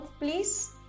please